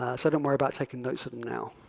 so don't worry about taking notes of them now.